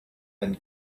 and